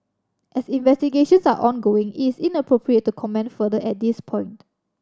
as investigations are ongoing it is inappropriate to comment further at this point